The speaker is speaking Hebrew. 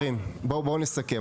--- חברים, בואו נסכם.